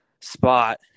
spot